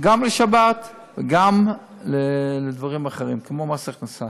גם לגבי שבת וגם לגבי דברים אחרים, כמו מס הכנסה.